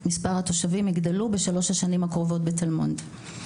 מספר התושבים יגדל בשלוש השנים הקרובות בתל מונד.